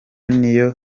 niyo